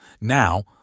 Now